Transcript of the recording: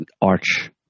arch